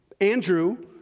Andrew